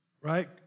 Right